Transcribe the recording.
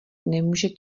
nemůže